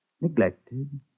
Neglected